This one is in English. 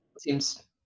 Seems